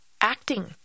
acting